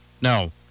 No